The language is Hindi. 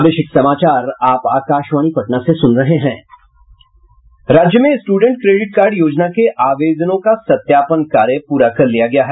राज्य में स्टूडेंट क्रेडिट कार्ड योजना के आवेदनों का सत्यापन कार्य पूरा कर लिया गया है